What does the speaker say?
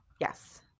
Yes